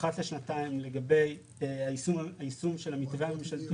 אחת לשנתיים לגבי היישום של המתווה הממשלתי.